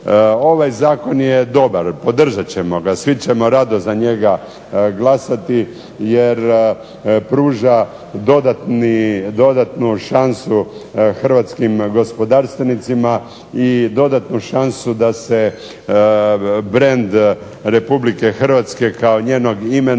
Ovaj zakon je dobar, podržat ćemo ga, svi ćemo rado za njega glasati jer pruža dodatnu šansu hrvatskim gospodarstvenicima i dodatnu šansu da se brend Republike Hrvatske kao njenog imena